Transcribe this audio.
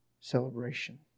celebration